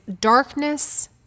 darkness